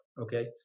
Okay